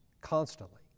constantly